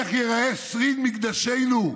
איך ייראה שריד מקדשנו,